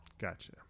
Gotcha